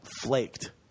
Flaked